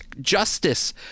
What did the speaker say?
justice